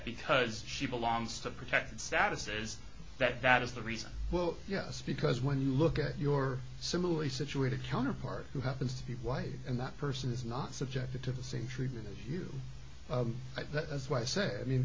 because she belongs to a protected status is that that is the reason well yes because when you look at your similarly situated counterpart who happens to be white and that person is not subjected to the same treatment as you i that is why i say i mean